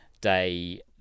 day